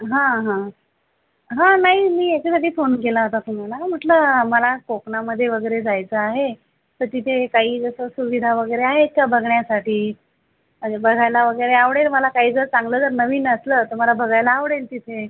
हां हां हां नाही मी याच्यासाठी फोन केला होता तुम्हाला म्हटलं मला कोकणामध्ये वगैरे जायचं आहे तर तिथे काही असं सुविधा वगैरे आहेत का बघण्यासाठी आणि बघायला वगैरे आवडेल मला काही जर चांगलं जर नवीन असलं तर मला बघायला आवडेल तिथे